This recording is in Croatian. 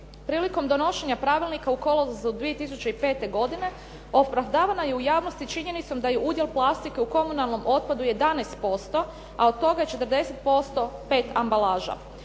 prilikom donošenja Pravilnika u kolovozu 2005. godine opravdavana je u javnosti činjenicom da je udjel plastike u komunalnom otpadu 11%, a od toga je 40% PET ambalaža.